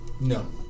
No